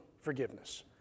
forgiveness